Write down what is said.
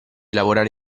lavorare